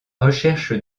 recherche